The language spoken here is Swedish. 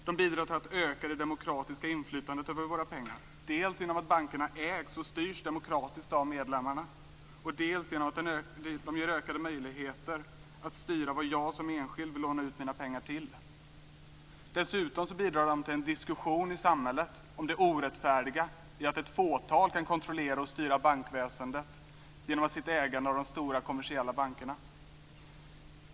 De bidrar till att öka det demokratiska inflytandet över våra pengar dels genom att bankerna ägs och styrs demokratiskt av medlemmarna, dels genom att de ger ökade möjligheter att styra vad jag som enskild vill låna ut mina pengar till. Dessutom bidrar de till en diskussion i samhället om det orättfärdiga i att ett fåtal kan kontrollera och styra bankväsendet genom sitt ägande av de stora kommersiella bankerna.